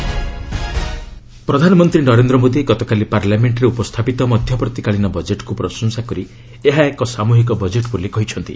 PM West Bengal ପ୍ରଧାନମନ୍ତ୍ରୀ ନରେନ୍ଦ୍ର ମୋଦି ଗତକାଲି ପାର୍ଲାମେଷ୍ଟରେ ଉପସ୍ଥାପିତ ମଧ୍ୟବର୍ତ୍ତୀକାଳୀନ ବଜେଟ୍କୁ ପ୍ରଶଂସା କରି ଏହା ଏକ ସାମ୍ରହିକ ବଜେଟ୍ ବୋଲି କହିଛନ୍ତି